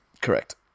Correct